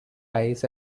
ice